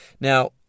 Now